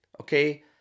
okay